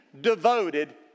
devoted